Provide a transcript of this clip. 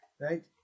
right